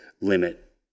limit